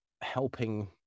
helping